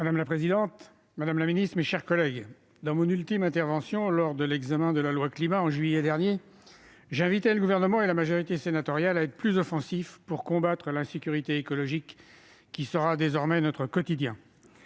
Madame la présidente, madame la secrétaire d'État, mes chers collègues, dans mon ultime intervention lors de l'examen de la loi Climat et résilience en juillet dernier, j'invitais le Gouvernement et la majorité sénatoriale à se montrer plus offensifs pour combattre l'insécurité écologique qui sera désormais notre quotidien.